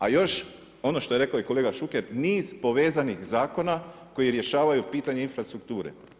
A još ono što je rekao i kolega Šuker, niz povezanih zakona koji rješavaju pitanje infrastrukture.